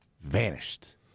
vanished